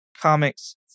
comics